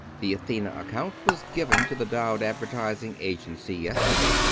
the athena account was given to the dowd advertising agency yesterday.